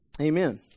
Amen